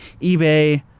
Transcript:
eBay